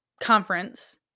conference